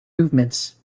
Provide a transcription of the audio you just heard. movements